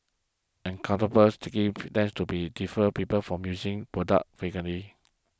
an uncomfortable sticky feel tends to be defer people from using product frequently